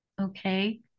okay